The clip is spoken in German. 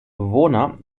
bewohner